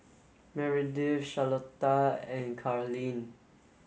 Meredith Charlotta and Carlyn